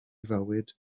fywyd